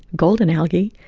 golden algae,